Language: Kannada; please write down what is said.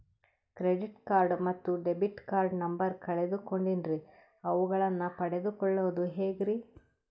ಕ್ರೆಡಿಟ್ ಕಾರ್ಡ್ ಮತ್ತು ಡೆಬಿಟ್ ಕಾರ್ಡ್ ನಂಬರ್ ಕಳೆದುಕೊಂಡಿನ್ರಿ ಅವುಗಳನ್ನ ಪಡೆದು ಕೊಳ್ಳೋದು ಹೇಗ್ರಿ?